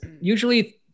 usually